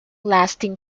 lasting